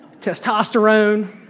testosterone